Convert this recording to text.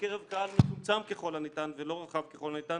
בקרב קהל מצומצם ככול הניתן ולא רחב ככול הניתן,